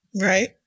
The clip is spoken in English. Right